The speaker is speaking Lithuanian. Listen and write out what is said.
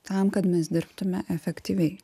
tam kad mes dirbtume efektyviai